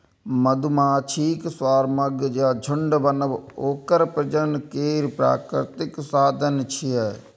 मधुमाछीक स्वार्मिंग या झुंड बनब ओकर प्रजनन केर प्राकृतिक साधन छियै